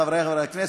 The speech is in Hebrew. חברותי וחברי הכנסת,